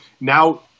Now